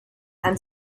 and